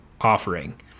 offering